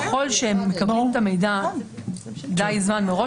ככל שהם מקבלים את המידע די זמן מראש,